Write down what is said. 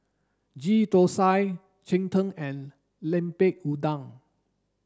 Ghee Thosai Cheng Tng and Lemper Udang